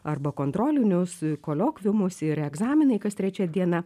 arba kontrolinius koliokviumus ir egzaminai kas trečia diena